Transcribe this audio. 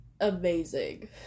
amazing